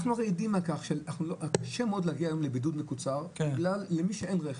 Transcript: אנחנו הרי עדים לכך שהיום קשה מאוד להגיע לבידוד מקוצר למי שאין רכב.